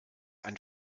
ein